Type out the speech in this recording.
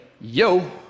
yo